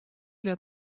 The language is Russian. лет